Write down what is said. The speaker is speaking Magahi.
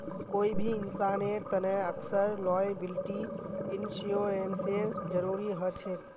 कोई भी इंसानेर तने अक्सर लॉयबिलटी इंश्योरेंसेर जरूरी ह छेक